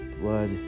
blood